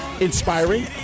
inspiring